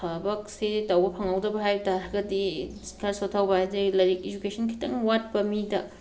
ꯊꯕꯛꯁꯦ ꯇꯧꯕ ꯐꯪꯍꯧꯗꯕ ꯍꯥꯏꯕ ꯇꯥꯔꯒꯗꯤ ꯈꯔ ꯁꯣꯠꯊꯍꯧꯕ ꯍꯥꯏꯗꯤ ꯂꯥꯏꯔꯤꯛ ꯏꯖꯨꯀꯦꯁꯟ ꯈꯤꯇꯪ ꯋꯥꯠꯄ ꯃꯤꯗ